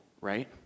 right